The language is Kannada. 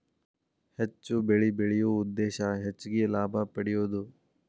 ಹೆಚ್ಚು ಬೆಳಿ ಬೆಳಿಯು ಉದ್ದೇಶಾ ಹೆಚಗಿ ಲಾಭಾ ಪಡಿಯುದು